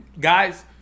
Guys